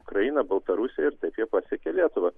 ukraina baltarusija ir taip jie pasiekia lietuvą